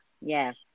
yes